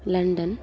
London